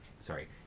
sorry